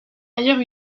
ailleurs